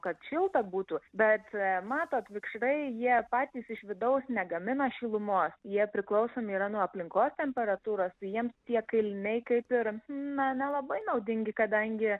kad šilta būtų bet matot vikšrai jie patys iš vidaus negamina šilumos jie priklausomi yra nuo aplinkos temperatūros tai jiems tie kailiniai kaip ir na nelabai naudingi kadangi